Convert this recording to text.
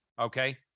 Okay